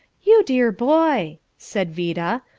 you dear boy, said vida,